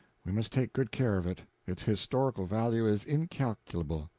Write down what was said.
we must take good care of it its historical value is incalculable.